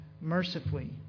mercifully